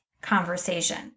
conversation